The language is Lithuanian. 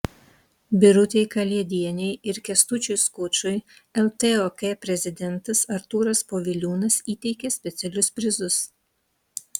birutei kalėdienei ir kęstučiui skučui ltok prezidentas artūras poviliūnas įteikė specialius prizus